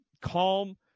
calm